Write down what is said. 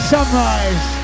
Sunrise